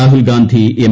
Rahul Gandhi M